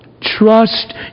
Trust